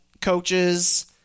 coaches